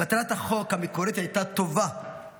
מטרת החוק המקורית הייתה טובה,